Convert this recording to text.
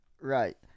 Right